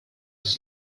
his